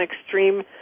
extreme